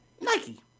Nike